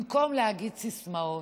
במקום להגיד סיסמאות,